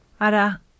Ara